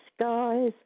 skies